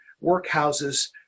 workhouses